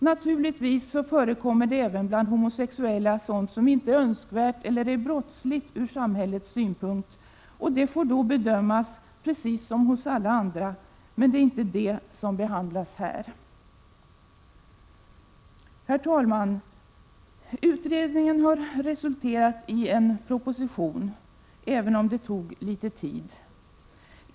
Naturligtvis förekommer det även bland homosexuella sådant som inte är önskvärt eller är brottsligt ur samhällets synpunkt. Det får då bedömas precis som hos alla andra, men det är inte det som behandlas här. Herr talman! Utredningen har resulterat i en proposition, även om det tog litet tid.